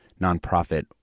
nonprofit